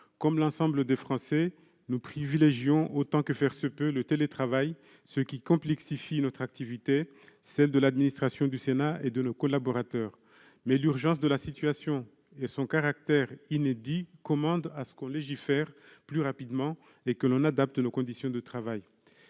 Comme l'ensemble des Français, nous privilégions autant que faire se peut le télétravail, ce qui complexifie notre activité, celle de l'administration du Sénat et de nos collaborateurs, mais l'urgence de la situation et son caractère inédit commandent que l'on légifère plus rapidement et que l'on adapte nos conditions de travail.